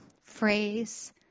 phrase